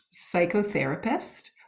psychotherapist